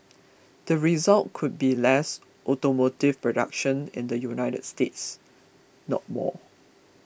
the result could be less automotive production in the United States not more